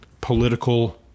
political